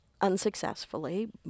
unsuccessfully